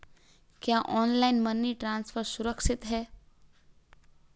क्या online money transfer सुरक्षित है?